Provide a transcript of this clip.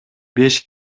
беш